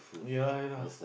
ya